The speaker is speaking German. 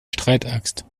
streitaxt